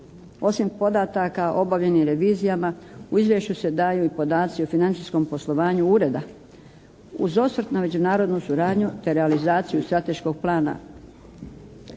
Osim podataka o obavljenim revizijama u izvješću se daju i podaci o financijskom poslovanju Ureda. Uz osvrt na međunarodnu suradnju te realizaciju strateškog plana